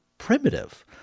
primitive